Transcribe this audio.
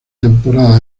temporada